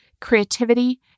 creativity